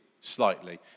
slightly